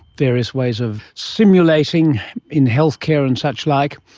various ways of simulating in healthcare and suchlike,